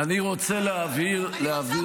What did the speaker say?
אני רוצה להבהיר דבר אחד